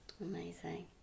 Amazing